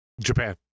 Japan